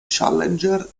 challenger